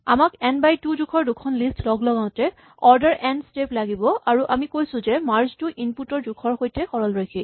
আমাক n by two জোখৰ দুখন লিষ্ট লগলগাওতে অৰ্ডাৰ এন স্টেপ লাগিব আৰু আমি কৈছো যে মাৰ্জ টো ইনপুট ৰ জোখৰ সৈতে সৰলৰৈখিক